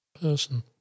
person